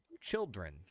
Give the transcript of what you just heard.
children